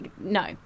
no